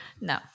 No